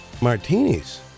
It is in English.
martinis